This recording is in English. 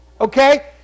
Okay